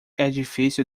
edifício